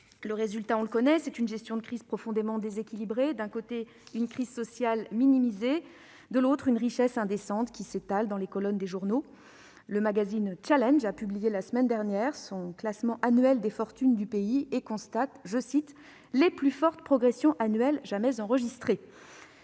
le résultat ! Nous sommes face à une gestion de crise profondément déséquilibrée, avec, d'un côté, une crise sociale minimisée, de l'autre, une richesse indécente qui s'étale dans les colonnes des journaux. Le magazine a publié, la semaine dernière, son classement annuel des fortunes du pays et constate, je cite, « les plus fortes progressions annuelles jamais enregistrées ».